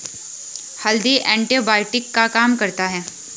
हल्दी एंटीबायोटिक का काम करता है